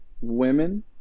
women